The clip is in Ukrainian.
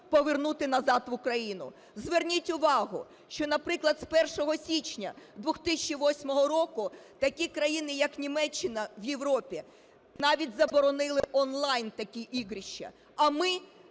повернути назад в Україну. Зверніть увагу, що, наприклад, з 1 січня 2008 року такі країни, як Німеччина, в Європі навіть заборонили онлайн такі ігрища, а ми